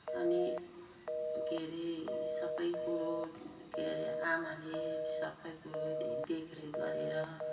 अनि के अरे यी सबै कुरो के अरे आमाले सबै कुरो हे देखरेख गरेर